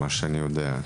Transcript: ממה שאני יודע.